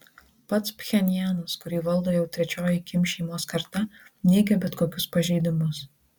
pats pchenjanas kurį valdo jau trečioji kim šeimos karta neigia bet kokius pažeidimus